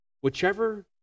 whichever